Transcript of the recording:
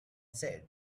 said